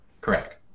Correct